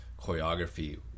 choreography